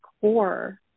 core